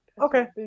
Okay